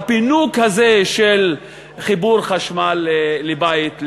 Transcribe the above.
הפינוק הזה של חיבור לחשמל לבית,